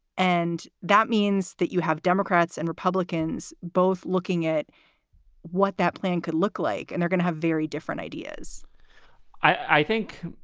and that means that you have democrats and republicans both looking at what that plan could look like. and they're going to have very different ideas i think.